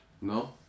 No